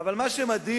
אבל מה שמדהים,